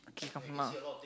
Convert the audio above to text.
okay come uh